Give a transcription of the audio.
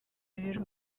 biro